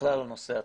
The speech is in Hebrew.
בכלל לנושא עצמו.